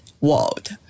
world